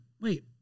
wait